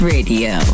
Radio